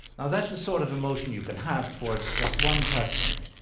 now that's a sort of emotion you can have towards just one person,